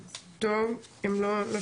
טוב, הם לא שומעים.